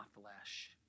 flesh